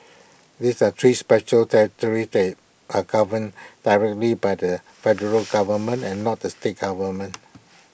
these are three special territories that are governed directly by the federal government and not the state government